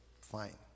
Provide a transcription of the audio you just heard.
fine